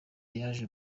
yaje